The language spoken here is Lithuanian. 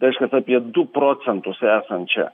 reiškias apie du procentus esančią